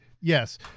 yes